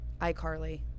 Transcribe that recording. iCarly